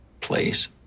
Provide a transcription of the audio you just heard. place